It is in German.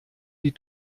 die